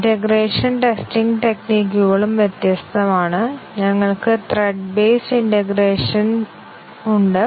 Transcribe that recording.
integration testing ടെക്നികുകളും വ്യത്യസ്തമാണ് ഞങ്ങൾക്ക് ത്രെഡ് ബേസ്ഡ് ഇന്റേഗ്രേഷൻ ഉണ്ട്